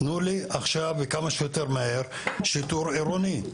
תנו לי עכשיו וכמה שיותר מהר שיטור עירוני.